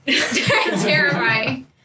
Terrifying